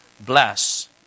Bless